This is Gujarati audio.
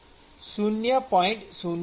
0૧ થી 0